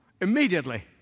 Immediately